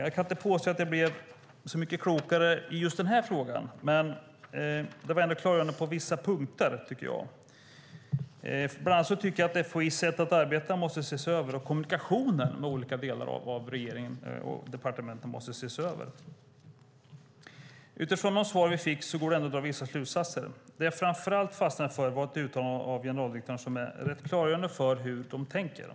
Jag kan inte påstå att jag blev så mycket klokare i just denna fråga. Men det var ändå klargörande på vissa punkter, tycker jag. Bland annat tycker jag att FOI:s sätt att arbeta måste ses över. Kommunikationen med olika delar av regeringen och departementen måste också ses över. Utifrån de svar vi fick går det ändå att dra vissa slutsatser. Det jag framför allt fastnade för var ett uttalande av generaldirektören som är rätt klargörande för hur de tänker.